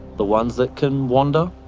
the ones that can wander?